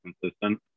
consistent